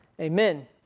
Amen